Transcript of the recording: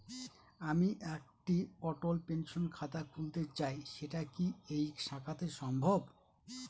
আমি একটি অটল পেনশন খাতা খুলতে চাই সেটা কি এই শাখাতে সম্ভব?